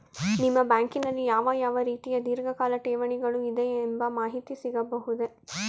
ನಿಮ್ಮ ಬ್ಯಾಂಕಿನಲ್ಲಿ ಯಾವ ಯಾವ ರೀತಿಯ ಧೀರ್ಘಕಾಲ ಠೇವಣಿಗಳು ಇದೆ ಎಂಬ ಮಾಹಿತಿ ಸಿಗಬಹುದೇ?